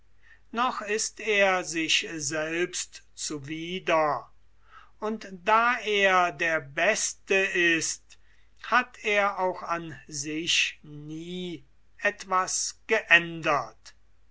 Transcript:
noch ist er sich selbst zuwider und da er der beste ist hat er auch an sich nie etwas geändert